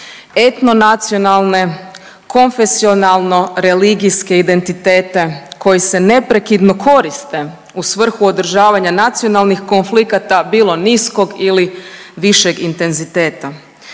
Etno nacionalne, konfesionalne religijske identitete koji se neprekidno koriste u svrhu održavanja nacionalnih konflikata bilo niskog ili višeg intenziteta.